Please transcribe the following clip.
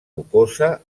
rocosa